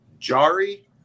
Jari